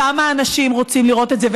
שם האנשים רוצים לראות את זה,